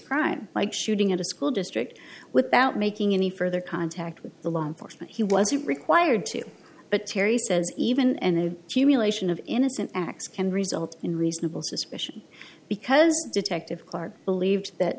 crime like shooting at a school district without making any further contact with the law enforcement he wasn't required to but terry says even and humiliation of innocent acts can result in reasonable suspicion because detective clark believed that